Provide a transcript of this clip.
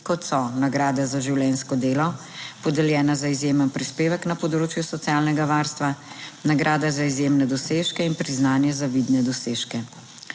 kot so nagrade za življenjsko delo, podeljena za izjemen prispevek na področju socialnega varstva, nagrade za izjemne dosežke in priznanje za vidne dosežke.